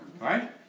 Right